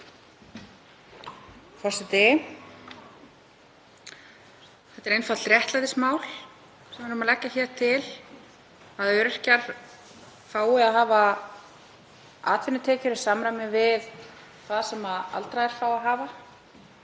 Þetta er einfalt réttlætismál. Við erum hér að leggja til að öryrkjar fái að hafa atvinnutekjur í samræmi við það sem aldraðir fá að hafa,